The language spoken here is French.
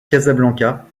casablanca